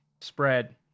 spread